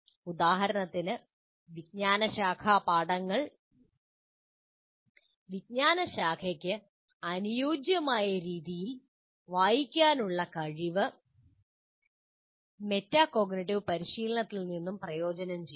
ഉദാഹരണത്തിന് വിജ്ഞാനശാഖാപാഠങ്ങൾ വിജ്ഞാനശാഖക്ക് അനുയോജ്യമായ രീതിയിൽ വായിക്കാനുള്ള വിദ്യാർത്ഥികളുടെ കഴിവ് മെറ്റാകോഗ്നിറ്റീവ് പരിശീലനത്തിൽ നിന്നും പ്രയോജനം ചെയ്യും